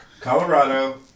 Colorado